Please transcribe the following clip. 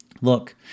Look